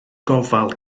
gofal